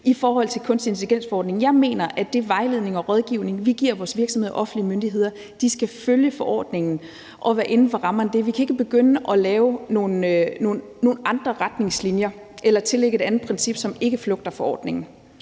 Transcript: i forhold til kunstig intelligens-forordningen. Jeg mener, at den vejledning og rådgivning, vi giver vores virksomheder og offentlige myndigheder, skal følge forordningen og være inden for rammerne af det. Vi kan ikke begynde at lave nogle andre retningslinjer eller tillægge et andet princip, som ikke flugter med forordningen.